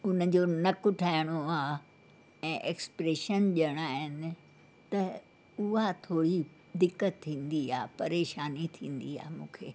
उनजो नक ठाहिणो आहे ऐं एक्सप्रैशन ॾेयणा आहिनि त हूअ थोरी दिक़तु थींदी आहे परेशानी थींदी आहे मूंखे